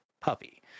puppy